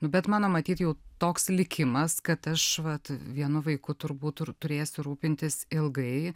nu bet mano matyt jau toks likimas kad aš vat vienu vaiku turbūt turėsiu rūpintis ilgai